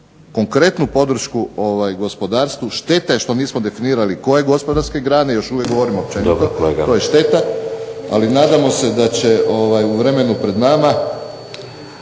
konkretnu podršku gospodarstvu šteta je što nismo definirali koje gospodarske grane, još uvijek govorim općenito, to je šteta. Ali nadamo se da će u vremenu pred nama